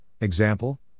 example